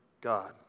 God